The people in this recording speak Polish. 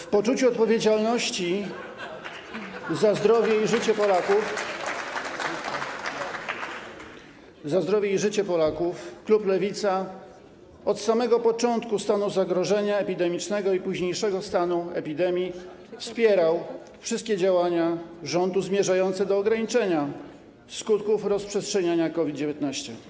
W poczuciu odpowiedzialności za zdrowie i życie Polaków klub Lewica od samego początku stanu zagrożenia epidemicznego i późniejszego stanu epidemii wspierał wszystkie działania rządu zmierzające do ograniczenia skutków rozprzestrzeniania się COVID-19.